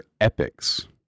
epics